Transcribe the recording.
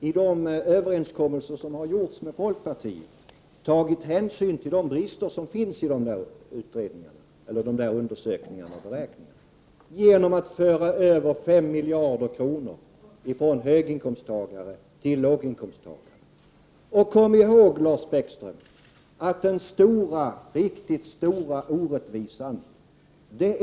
I de överenskommelser som har träffats med folkpartiet har vi, genom att föra över 5 miljarder kronor från höginkomsttagare till låginkomsttagare, tagit hänsyn till de brister som finns i dessa undersökningar och beräkningar.